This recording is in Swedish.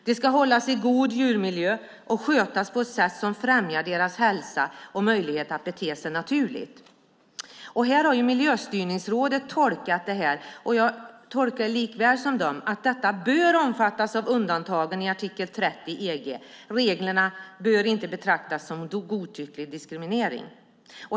De ska hållas i god djurmiljö och skötas på ett sätt som främjar deras hälsa och möjlighet att bete sig naturligt. Miljöstyrningsrådet har tolkat det, och jag tolkar som de, som att detta bör omfattas av undantagen i artikel 30 EG. Reglerna bör inte betraktas som godtycklig diskriminering.